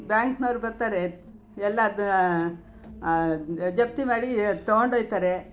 ಬ್ಯಾಂಕಿನವ್ರು ಬರ್ತಾರೆ ಎಲ್ಲ ಜಪ್ತಿ ಮಾಡಿ ತಗೊಂಡೊಗ್ತರೆ